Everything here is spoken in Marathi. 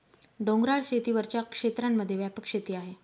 डोंगराळ शेती वरच्या क्षेत्रांमध्ये व्यापक शेती आहे